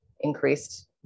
increased